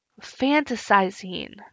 fantasizing